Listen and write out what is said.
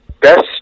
best